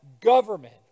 government